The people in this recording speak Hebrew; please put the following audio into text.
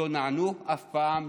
הם לא נענו אף פעם,